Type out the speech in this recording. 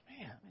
Man